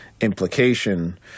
implication